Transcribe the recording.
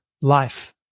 life